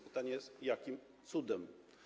Pytanie jest: Jakim cudem?